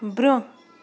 برٛوٚنٛہہ